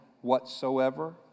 whatsoever